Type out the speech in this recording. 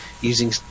Using